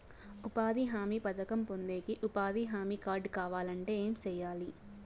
ఉపాధి హామీ పథకం పొందేకి ఉపాధి హామీ కార్డు కావాలంటే ఏమి సెయ్యాలి?